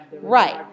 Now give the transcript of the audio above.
Right